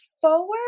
forward